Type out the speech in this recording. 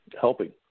helping